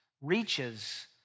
reaches